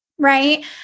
right